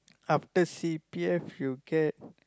after C_P_F you get